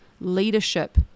leadership